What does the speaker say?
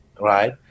right